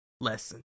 lesson